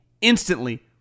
instantly